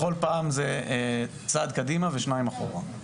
בכל פעם זה צעד קדימה ושניים אחורה.